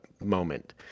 moment